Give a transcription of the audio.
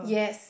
yes